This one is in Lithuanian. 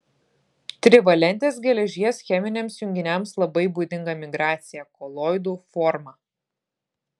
trivalentės geležies cheminiams junginiams labai būdinga migracija koloidų forma